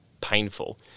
painful